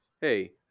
hey